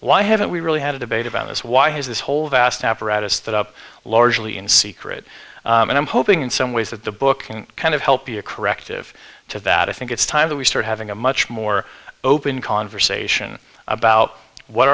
why haven't we really had a debate about this why has this whole vast apparatus that up largely in secret and i'm hoping in some ways that the book kind of help be a corrective to that i think it's time that we start having a much more open conversation about what